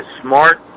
smart